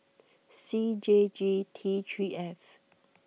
C J G T three F